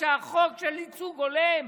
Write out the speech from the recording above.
שהחוק של ייצוג הולם